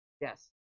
Yes